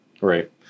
Right